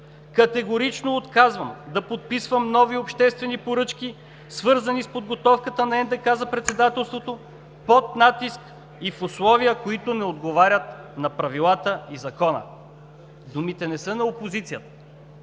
„Категорично отказвам да подписвам нови обществени поръчки, свързани с подготовката на НДК за Председателството под натиск и в условия, които не отговарят на правилата и закона“. Думите не са на опозицията.